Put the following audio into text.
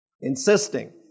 insisting